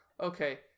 Okay